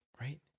right